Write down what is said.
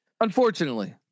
Unfortunately